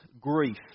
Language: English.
grief